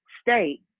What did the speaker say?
state